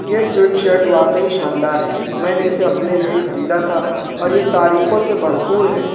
یہ sweatshirt واقعی شاندار ہے میں نے اسے اپنے لیے خریدا تھا اور یہ تعریفوں سے بھرپور ہے